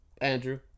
Andrew